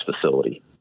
facility